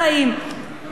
אז אני אומרת לכם,